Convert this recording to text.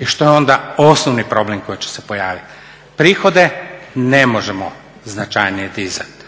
I što je onda osnovni problem koji će se pojaviti? Prihode ne možemo značajnije dizati.